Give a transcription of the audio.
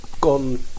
gone